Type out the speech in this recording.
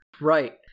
right